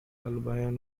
albion